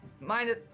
minus